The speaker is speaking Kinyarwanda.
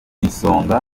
isonga